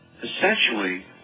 Essentially